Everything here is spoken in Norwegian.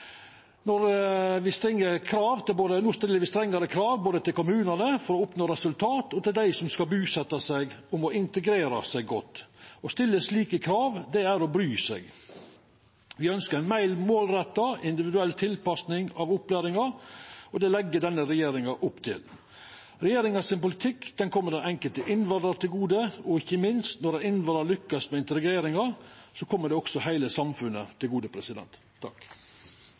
No stiller me strengare krav både til kommunane for å oppnå resultat, og til dei som skal busetja seg, om å integrera seg godt. Å stilla slike krav er å bry seg. Me ønskjer ei meir målretta, individuell tilpassing av opplæringa, og det legg denne regjeringa opp til. Politikken til regjeringa kjem den enkelte innvandraren til gode, og ikkje minst: Når ein innvandrar lukkast med integreringa, kjem det også heile samfunnet til gode.